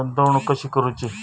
गुंतवणूक कशी करूची?